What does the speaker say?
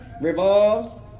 revolves